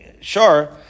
sure